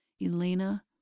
Elena